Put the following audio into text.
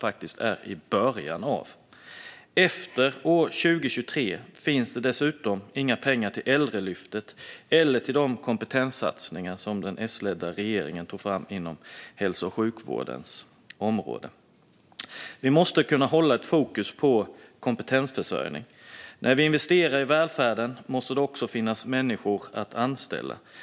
faktiskt bara är i början av. Efter år 2023 finns det dessutom inga pengar till Äldreomsorgslyftet eller till de kompetenssatsningar som den S-ledda regeringen tog fram inom hälso och sjukvårdens område. Vi måste kunna hålla ett fokus på kompetensförsörjningen. När vi investerar i välfärden måste det också finnas människor att anställa.